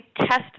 test